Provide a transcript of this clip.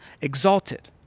exalted